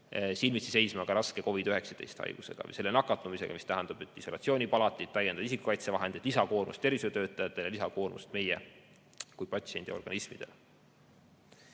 silmitsi seisma ka raske COVID‑19 haigusesse nakatumisega, mis tähendab isolatsioonipalateid, täiendavaid isikukaitsevahendeid, lisakoormust tervishoiutöötajatele ja lisakoormust meie kui patsiendi organismile. Kui